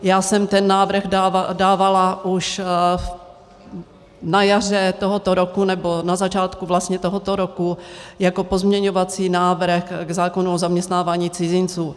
Já jsem ten návrh dávala už na jaře tohoto roku, nebo na začátku vlastně tohoto roku jako pozměňovací návrh k zákonu o zaměstnávání cizinců.